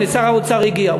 הנה שר האוצר הגיע.